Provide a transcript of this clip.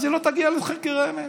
אז היא לא תגיע לחקר האמת.